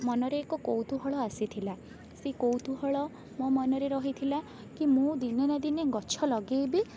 ମନରେ ଏକ କୌତୁହଳ ଆସିଥିଲା ସେ କୌତୁହଳ ମୋ ମନରେ ରହିଥିଲା କି ମୁଁ ଦିନେ ନା ଦିନେ ଗଛ ଲଗାଇବି